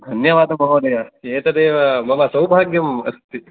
धन्यवादः महोदयः एतदेव मम सौभाग्यम् अस्ति